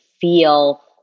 feel